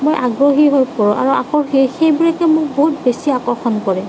মই আগ্ৰহী হৈ পৰোঁ আৰু আকৌ সেইবোৰকেই মোৰ বহুত বেছি আকৰ্ষণ কৰে